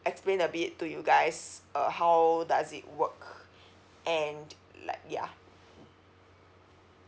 explain a bit to you guys uh how does it work and like ya